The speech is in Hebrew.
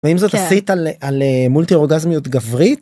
אם זאת עשית על מולטי אורגזמיות גברית.